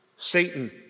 Satan